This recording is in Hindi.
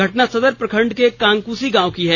घटना सदर प्रखंड के कांकुसी गांव की है